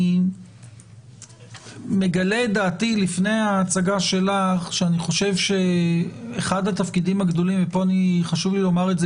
אני מגלה את דעתי לפני ההצגה שלך וחשוב לי לומר את זה